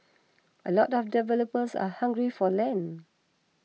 a lot of developers are hungry for land